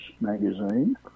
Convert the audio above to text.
magazine